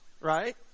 right